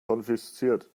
konfisziert